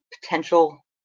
potential